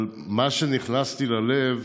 אבל מה שנכנס לי ללב